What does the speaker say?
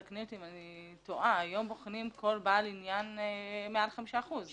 תקני אותי אם אני טועה כל בעל עניין מעל חמישה אחוזים.